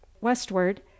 westward